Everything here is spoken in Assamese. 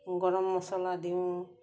গৰম মছলা দিওঁ